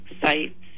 sites